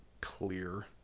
clear